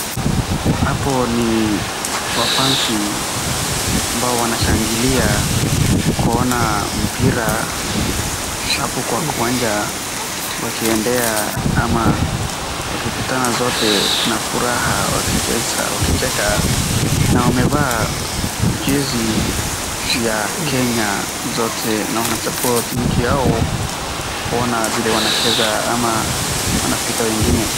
Hapo ni mafansi ambao wanashangilia kuona mpira hapo kwa kiwanja wakiendea ama wakikutana zote na furaha wakicheka na wamevaa jezi ya kenya zote na wana suppport nchi yao kuona vile wanacheza ama wanapiga wengine.